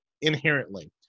inherently